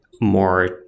more